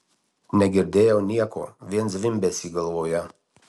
negirdėjau nieko vien zvimbesį galvoje